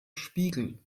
spiegel